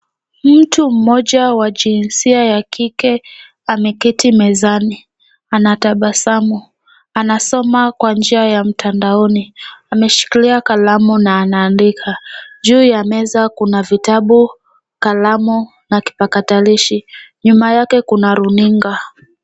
Mtu mmoja wa jinsia ya kike ameketi mezani. Anatabasamu. Anasoma kwa njia ya mtandaoni. Ameshikilia kalamu na anaandika. Juu ya meza kuna vitabu, kalamu na kipakatalishi. Nyuma yake kuna runinga.